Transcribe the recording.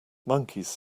monkeys